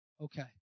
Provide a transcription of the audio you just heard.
Okay